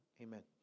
amen